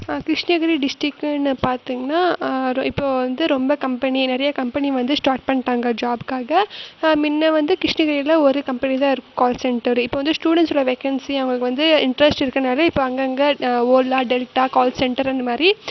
இப்போ கிருஷ்ணகிரி டிஸ்ட்ரிக்குன்னு பார்த்திங்கனா இப்போ வந்து ரொம்ப கம்பெனி நிறையா கம்பனி வந்து ஸ்டாட் பண்ணிட்டாங்க ஜாபுக்காக இப்போ முன்ன வந்து கிருஷ்ணகிரியில் ஒரு கம்பெனி தான் இருக்கும் கால்சென்ட்டரு இப்போ வந்து ஸ்டூடண்ஸோடய வேகன்சி அவுங்களுக்கு வந்து இன்ட்ரெஸ்ட் இருக்கிறதுனால இப்போ அங்கங்கே ஓலா டெல்ட்டா கால்சென்டர் இந்தமாதிரி